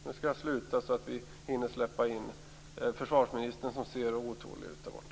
Nu skall jag avsluta mitt anförande så att vi hinner släppa in försvarsministern, som ser otålig ut.